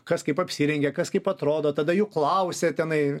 kas kaip apsirengia kas kaip atrodo tada jų klausia tenai